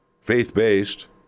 faith-based